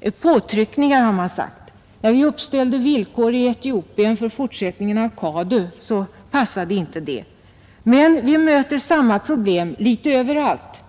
Det är påtryckningar, har man sagt. När vi uppställde villkor i Etiopien för fortsättningen av CADU, passade inte detta. Men vi möter samma problem överallt.